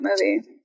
movie